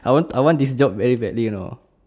I want I want this job very badly you know